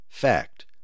fact